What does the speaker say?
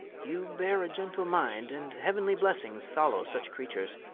you beare a gentle minde, and heau'nly blessings follow such creatures.